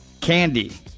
Candy